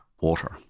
water